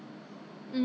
ah 不知道 leh